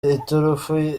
iturufu